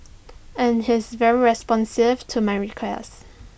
and he's very responsive to my requests